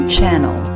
Channel